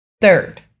Third